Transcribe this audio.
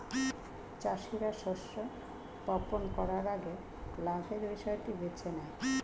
চাষীরা শস্য বপন করার আগে লাভের বিষয়টি বেছে নেয়